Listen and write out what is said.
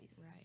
Right